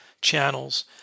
channels